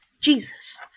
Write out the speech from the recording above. Jesus